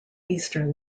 eastern